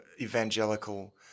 evangelical